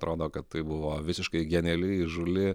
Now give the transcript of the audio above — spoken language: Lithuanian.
atrodo kad tai buvo visiškai geniali įžūli